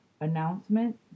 announcement